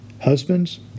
Husbands